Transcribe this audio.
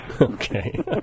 Okay